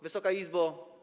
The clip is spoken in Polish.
Wysoka Izbo!